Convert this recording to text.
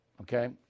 okay